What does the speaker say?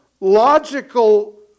logical